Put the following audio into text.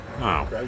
Wow